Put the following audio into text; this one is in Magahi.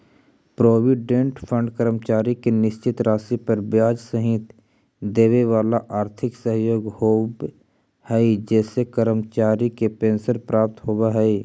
प्रोविडेंट फंड कर्मचारी के निश्चित राशि पर ब्याज सहित देवेवाला आर्थिक सहयोग होव हई जेसे कर्मचारी के पेंशन प्राप्त होव हई